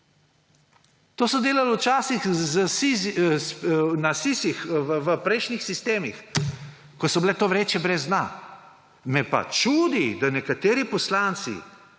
To so delal včasih, na »sisih«(?), v prejšnjih sistemih, ko so bile to vreče brez dna. Me pa čudi, da nekateri poslanci,